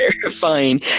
terrifying